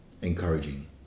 encouraging